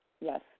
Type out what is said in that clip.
yes